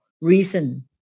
reason